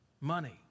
money